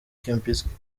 kempinski